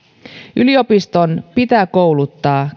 yliopiston pitää kouluttaa